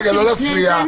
בהצלחה?